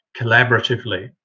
collaboratively